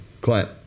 Clint